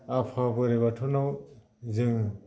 आफा बोराय बाथौनाव जों